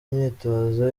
myitozo